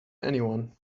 anyone